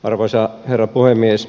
arvoisa herra puhemies